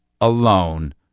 alone